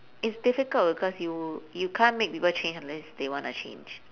it's difficult cause you you can't make people change unless they wanna change